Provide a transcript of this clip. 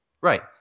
Right